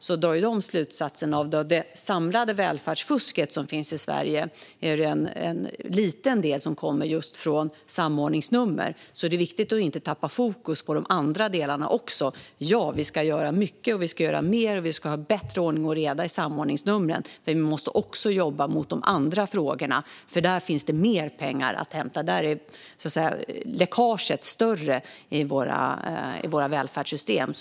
De drog slutsatsen att av det samlade välfärdsfusket i Sverige är det en liten del som kommer just från samordningsnummer. Det är viktigt att inte tappa fokus på de andra delarna. Ja, vi ska göra mycket, och vi ska göra mer. Vi ska ha bättre ordning och reda i samordningsnumren. Men vi måste också jobba mot de andra frågorna. Där finns det mer pengar att hämta. Där är läckaget större i våra välfärdssystem.